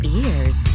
ears